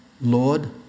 Lord